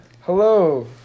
Hello